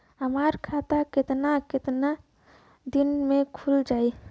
हमर खाता कितना केतना दिन में खुल जाई?